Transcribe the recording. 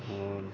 और